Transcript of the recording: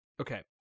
Okay